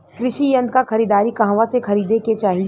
कृषि यंत्र क खरीदारी कहवा से खरीदे के चाही?